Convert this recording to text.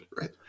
right